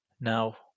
Now